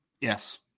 Yes